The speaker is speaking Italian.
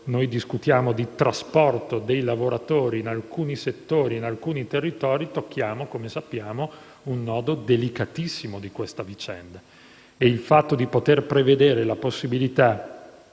noi discutiamo di trasporto dei lavoratori in alcuni settori e in alcuni territori tocchiamo, come sappiamo, un nodo delicatissimo di questa vicenda. Il fatto di poter prevedere la possibilità